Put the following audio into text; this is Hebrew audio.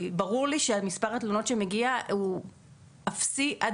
זה ברור לי שמספר התלונות שמגיע הוא אפסי עד